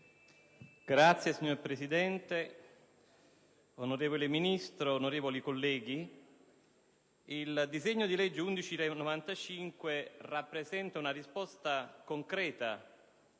*(PdL)*. Signora Presidente, onorevole Ministro, onorevoli colleghi, il disegno di legge n. 1195-B rappresenta una risposta concreta